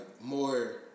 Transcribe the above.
more